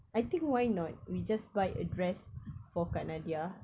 I think why not we just buy a dress for kak nadiah